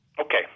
Okay